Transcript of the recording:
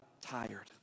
tired